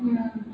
mm